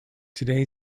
today